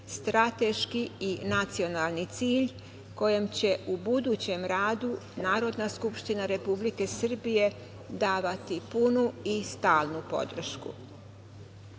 strateški i nacionalni cilj, kojem će u budućem radu Narodna skupština Republike Srbije davati punu i stalnu